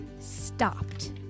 stopped